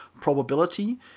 probability